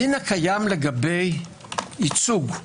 הדין הקיים לגבי ייצוג.